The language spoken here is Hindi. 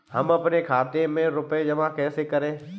हम अपने खाते में रुपए जमा कैसे करें?